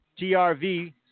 TRV